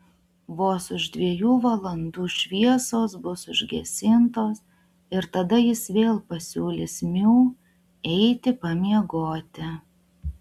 vos už dviejų valandų šviesos bus užgesintos ir tada jis vėl pasiūlys miu eiti pamiegoti